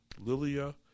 Lilia